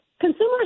consumers